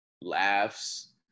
laughs